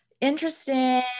Interesting